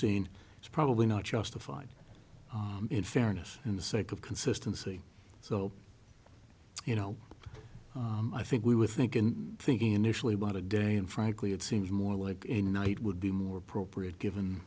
scene it's probably not justified in fairness in the sake of consistency so you know i think we would think in thinking initially about a day and frankly it seems more like a night would be more appropriate given